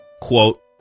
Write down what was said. quote